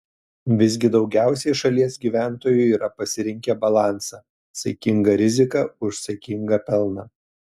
visgi daugiausiai šalies gyventojų yra pasirinkę balansą saikinga rizika už saikingą pelną